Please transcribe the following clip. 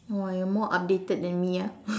!wah! you are more updated then me ah